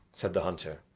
said the hunter.